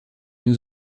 nous